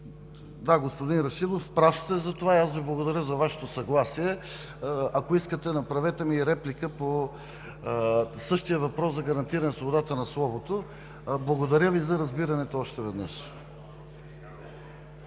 Господин Рашидов, прав сте за това – благодаря за Вашето съгласие. Ако искате, направете ми реплика по същия въпрос за гарантиране свободата на словото. Благодаря Ви за разбирането още веднъж.